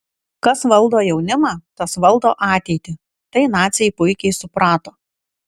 kas valdo jaunimą tas valdo ateitį tai naciai puikiai suprato